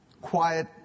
Quiet